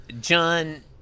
John